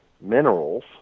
minerals